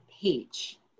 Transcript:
page